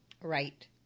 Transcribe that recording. Right